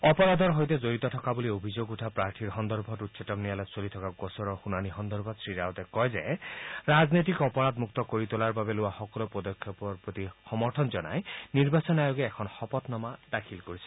অপৰাধৰ সৈতে জড়িত থকা বুলি অভিযোগ উঠা প্ৰাৰ্থীৰ সন্দৰ্ভত উচ্চতম ন্যায়ালয়ত চলি থকা গোচৰৰ শুনানি সন্দৰ্ভত শ্ৰীৰাৱটে কয় যে ৰাজনীতিক অপৰাধমুক্ত কৰি তোলাৰ বাবে লোৱা সকলো পদক্ষেপৰ প্ৰতি সমৰ্থন জনাই নিৰ্বাচন আযোগে এখন শপতনাম দাখিল কৰিছে